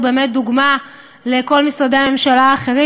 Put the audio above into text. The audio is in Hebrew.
באמת דוגמה לכל משרדי הממשלה האחרים,